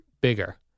bigger